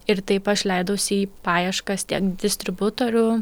ir taip aš leidausi į paieškas tiek distributorių